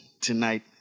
tonight